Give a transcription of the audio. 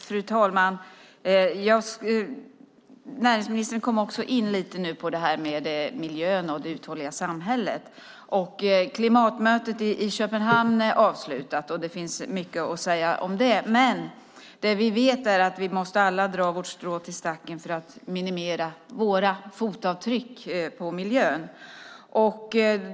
Fru talman! Näringsministern kom nu lite in på miljön och det uthålliga samhället. Klimatmötet i Köpenhamn är avslutat, och det finns mycket att säga om det. Det vi vet är att vi måste alla dra vårt strå till stacken för att minimera våra fotavtryck på miljön.